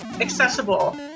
accessible